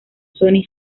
sony